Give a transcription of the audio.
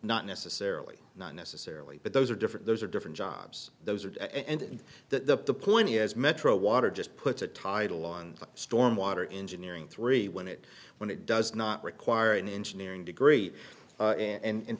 not necessarily not necessarily but those are different those are different jobs those are dead and that the point is metro water just put the title on storm water engineering three when it when it does not require an engineering degree and